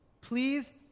please